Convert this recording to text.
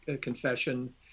Confession